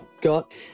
got